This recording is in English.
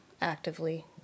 actively